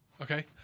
Okay